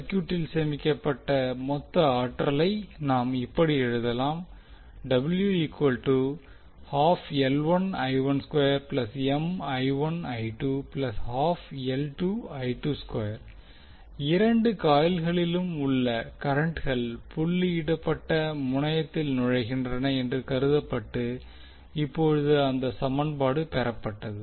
சர்க்யூட்டில் சேமிக்கப்பட்ட மொத்த ஆற்றலை நாம் இப்படி எழுதலாம் இரண்டு காயில்களிலும் உள்ள கரண்ட்கள் புள்ளியிடப்பட்ட முனையத்தில் நுழைகின்றன என்று கருதப்பட்டு இப்போது இந்த சமன்பாடு பெறப்பட்டது